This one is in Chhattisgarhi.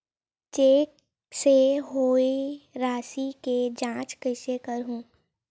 चेक से होए राशि के जांच कइसे करहु?